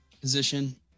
position